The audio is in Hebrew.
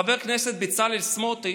חבר הכנסת בצלאל סמוטריץ',